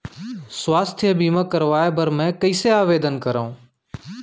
स्वास्थ्य बीमा करवाय बर मैं कइसे आवेदन करव?